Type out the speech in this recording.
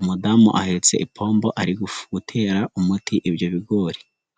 umudamu ahetse ipombo ari gutera umuti ibyo bigori.